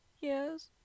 Yes